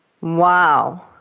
Wow